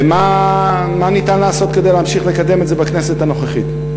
ומה אפשר לעשות כדי להמשיך לקדם את זה בכנסת הנוכחית.